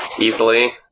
easily